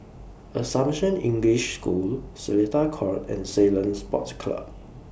Assumption English School Seletar Court and Ceylon Sports Club